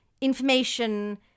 information